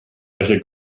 welcher